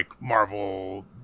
Marvel